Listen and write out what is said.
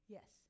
Yes